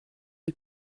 die